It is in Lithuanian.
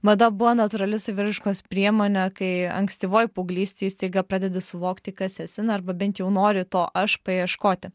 mada buvo natūrali saviraiškos priemonė kai ankstyvoj paauglystėj staiga pradedi suvokti kas esi na arba bent jau nori to aš paieškoti